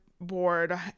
board